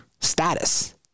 status